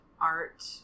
art